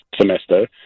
semester